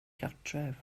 gartref